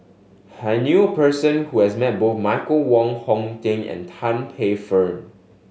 I knew a person who has met both Michael Wong Hong Teng and Tan Paey Fern